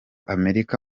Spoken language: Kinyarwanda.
amerika